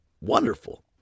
wonderful